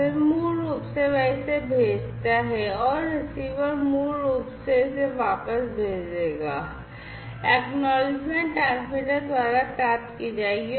फिर मूल रूप से वह इसे भेजता है और रिसीवर मूल रूप से इसे वापस भेज देगा पावती ट्रांसमीटर द्वारा प्राप्त की जाएगी